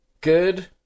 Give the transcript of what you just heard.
good